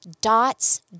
dots